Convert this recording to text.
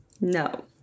No